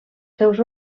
seus